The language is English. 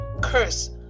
curse